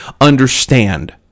understand